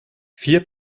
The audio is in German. vier